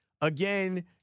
Again